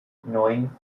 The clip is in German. neun